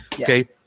Okay